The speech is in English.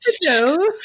hello